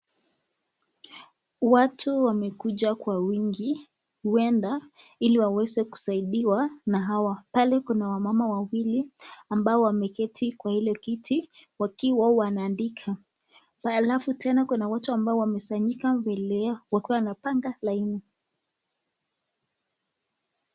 Watu wamekuja kwa wingi huenda ili waweze kusaidiwa na hawa. Pale kuna wamama wawili ambao wameketi kwa ile kiti wakiwa wanaandika. Alafu tena kuna watu ambao wamesanyika mbele yao wakiwa wanapanga laini.